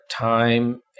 time